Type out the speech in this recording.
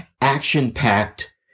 action-packed